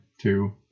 two